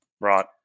Right